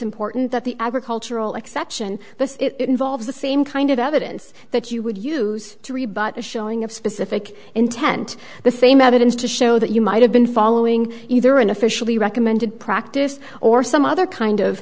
important that the agricultural exception but it involves the same kind of evidence that you would use to rebut a showing of specific intent the same evidence to show that you might have been following either an officially recommended practice or some other kind of